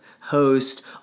host